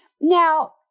now